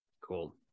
Cool